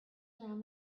around